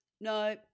no